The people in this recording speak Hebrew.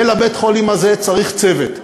ולבית-החולים הזה צריך צוות,